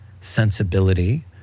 sensibility